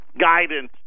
guidance